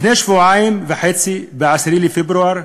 לפני שבועיים וחצי, ב-10 בפברואר,